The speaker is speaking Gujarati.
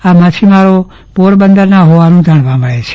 આ માછીમારો પોરબંદરના હોવાનું જાણવા મળે છે